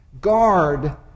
guard